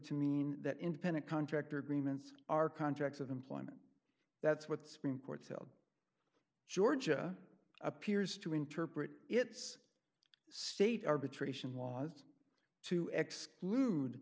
to mean that independent contractor agreements are contracts of employment that's what supreme court held georgia appears to interpret its state arbitration laws to exclude